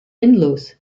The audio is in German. endlos